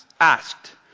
asked